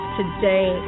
today